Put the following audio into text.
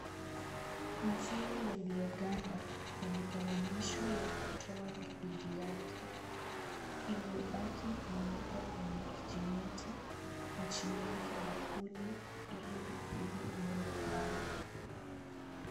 Maziwa yaliyoganda yamegawanyishwa yakatoa liquid yake ,iliyobaki imewekwa kwenye kichenyeti na chini yake bakuli hili liquid iende pale.